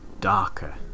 darker